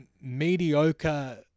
mediocre